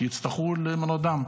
שיצטרכו מנות דם,